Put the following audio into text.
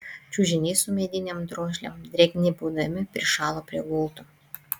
čiužiniai su medinėm drožlėm drėgni būdami prišalo prie gultų